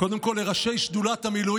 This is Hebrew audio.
נעבור לנושא הבא